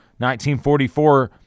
1944